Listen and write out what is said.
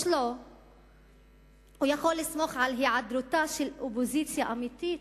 הוא יכול לסמוך על היעדרותה של אופוזיציה אמיתית,